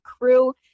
crew